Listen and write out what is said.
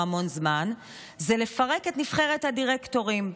המון זמן זה לפרק את נבחרת הדירקטורים.